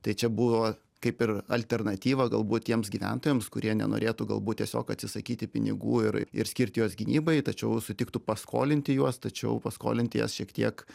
tai čia buvo kaip ir alternatyva galbūt tiems gyventojams kurie nenorėtų galbūt tiesiog atsisakyti pinigų ir ir skirti juos gynybai tačiau sutiktų paskolinti juos tačiau paskolinti jas šiek tiek